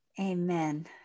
Amen